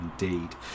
indeed